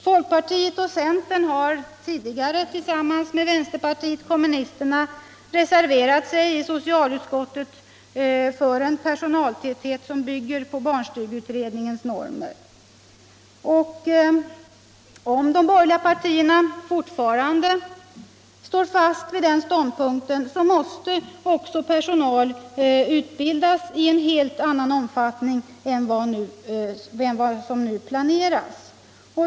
Folkpartiet och centern har tidigare tillsammans med vänsterpartiet kommunisterna reserverat sig i socialutskottet för en personaltäthet som bygger på barnstugeutredningens normer. Om de borgerliga partierna fortfarande står fast vid den ståndpunkten måste också personal utbildas i en helt annan omfattning än vad som nu planeras.